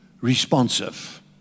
responsive